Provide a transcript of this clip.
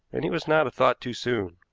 and he was not a thought too soon.